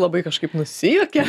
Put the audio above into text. labai kažkaip nusijuokia